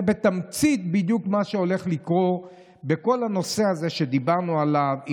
זה בתמצית בדיוק מה שהולך לקרות בכל הנושא הזה שדיברנו עליו,